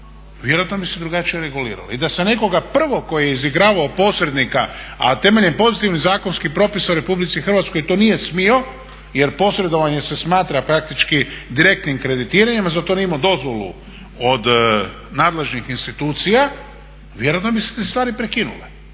vjerojatno bi se drugačije reguliralo. I danas se nekoga prvog koji je izigravao posrednika, a temeljem pozitivnih zakonskih propisa u Republici Hrvatskoj to nije smio jer posredovanje se smatra praktički direktnim kreditiranjem zato jer nije imao dozvolu od nadležnih institucija, vjerojatno bi se te stvari prekinule.